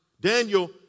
Daniel